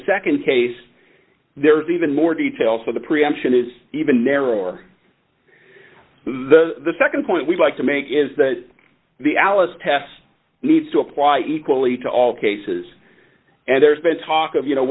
the nd case there's even more detail so the preemption is even narrower the nd point we'd like to make is that the alice test needs to apply equally to all cases and there's been talk of you know